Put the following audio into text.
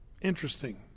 Interesting